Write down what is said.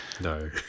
no